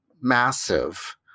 massive